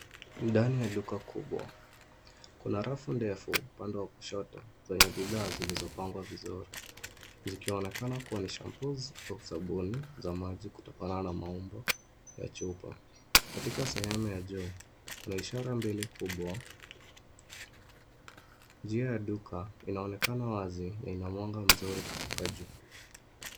Ndani ya duka kubwa kuna rafu ndefu upande wa kushoto zenye bidhaa zilizopangwa vizuri zikionekana kuwa ni shampoos au sabuni za maji kutokana na maumbo ya chupa. Katika sehemu ya juu kuna ishara mbili kubwa. Njia ya duka inaonekana wazi na ina mwanga mzuri kutoka juu.